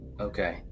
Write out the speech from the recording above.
Okay